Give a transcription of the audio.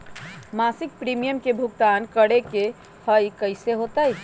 मासिक प्रीमियम के भुगतान करे के हई कैसे होतई?